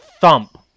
thump